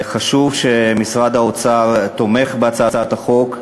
חשוב שמשרד האוצר תומך בהצעת החוק,